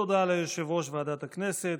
תודה ליושב-ראש ועדת הכנסת.